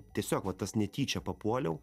tiesiog va tas netyčia papuoliau